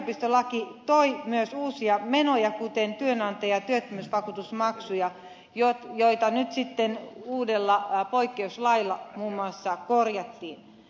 uusi yliopistolaki toi myös uusia menoja kuten työnantaja ja työttömyysvakuutusmaksuja joita nyt sitten muun muassa uudella poikkeuslailla korjattiin